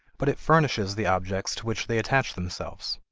but it furnishes the objects to which they attach themselves.